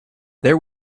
there